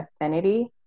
affinity